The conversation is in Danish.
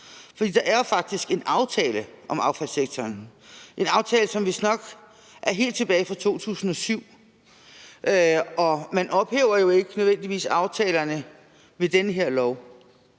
der er faktisk en aftale om affaldssektoren – en aftale, som vistnok er helt tilbage fra 2007, og man ophæver jo ikke nødvendigvis aftalerne med den her lov.